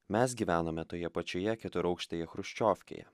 mes gyvenome toje pačioje keturaukštėje chruščiovkėje